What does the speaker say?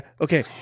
okay